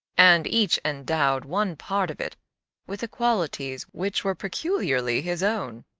and each endowed one part of it with the qualities which were peculiarly his own.